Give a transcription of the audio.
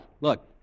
Look